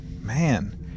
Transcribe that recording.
man